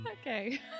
Okay